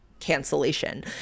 cancellation